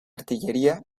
artillería